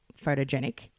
photogenic